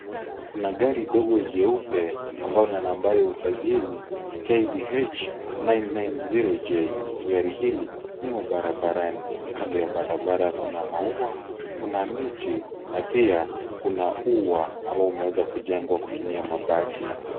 Kuna gari dogo jeupe, ambao una nambari ya usajili, KDH 9009 J. Gari hili limo barabarani. Kando ya barabara, kuna maua kuna miti na pia kuna ua ambao umeweza kujengwa kutumia mabati.